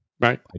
right